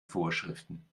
vorschriften